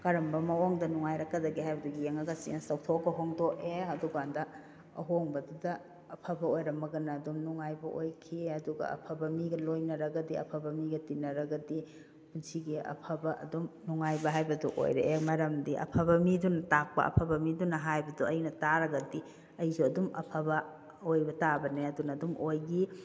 ꯀꯔꯝꯕ ꯃꯑꯣꯡꯗ ꯅꯨꯡꯉꯥꯏꯔꯛꯀꯗꯒꯦ ꯍꯥꯏꯕꯗꯨ ꯌꯦꯡꯉꯒ ꯆꯦꯟꯁ ꯇꯧꯊꯣꯛꯈꯣ ꯍꯣꯡꯗꯣꯛꯑꯦ ꯑꯗꯨꯀꯥꯟꯗ ꯑꯍꯣꯡꯕꯗꯨꯗ ꯑꯐꯕ ꯑꯣꯏꯔꯝꯃꯒꯅ ꯑꯗꯨꯝ ꯅꯨꯡꯉꯥꯏꯕ ꯑꯣꯏꯈꯤ ꯑꯗꯨꯒ ꯑꯐꯕ ꯃꯤꯒ ꯂꯣꯏꯅꯔꯒꯗꯤ ꯑꯐꯕ ꯃꯤꯒ ꯇꯤꯟꯅꯔꯒꯗꯤ ꯄꯨꯟꯁꯤꯒꯤ ꯑꯐꯕ ꯑꯗꯨꯝ ꯅꯨꯡꯉꯥꯏꯕ ꯍꯥꯏꯕꯗꯣ ꯑꯣꯏꯔꯛꯑꯦ ꯃꯔꯝꯗꯤ ꯑꯐꯕ ꯃꯤꯗꯨꯅ ꯇꯥꯛꯄ ꯑꯐꯕ ꯃꯤꯗꯨꯅ ꯍꯥꯏꯕꯗꯣ ꯑꯩꯅ ꯇꯥꯔꯒꯗꯤ ꯑꯩꯁꯨ ꯑꯗꯨꯝ ꯑꯐꯕ ꯑꯣꯏꯕ ꯇꯥꯕꯅꯦ ꯑꯗꯨꯅ ꯑꯗꯨꯝ ꯑꯣꯏꯈꯤ